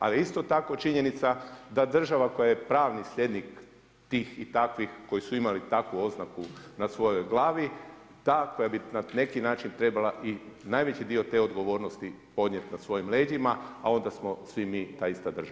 Ali je isto tako činjenica da država koja je pravni slijednih tih i takvih koji su imali takvu oznaku na svojoj glavi ta koja bi na neki način trebala i najveći dio te odgovornosti podnijet na svojim leđima, a onda smo svi mi ta ista država.